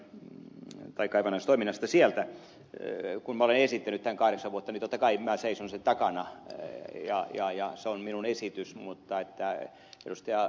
kun minä olen esittänyt tämän kahdeksan vuotta niin totta kai minä seison sen takana ja se on minun esitykseni mutta ed